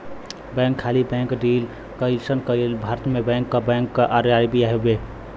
bank खाली bank क deal करलन भारत में बैंक क बैंक आर.बी.आई हउवे